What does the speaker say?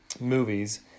movies